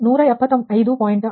6 ಡಿಗ್ರಿಯು 1